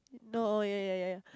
no err ya ya ya ya ya